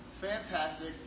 fantastic